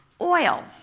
Oil